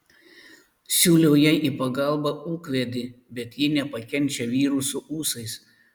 siūliau jai į pagalbą ūkvedį bet ji nepakenčia vyrų su ūsais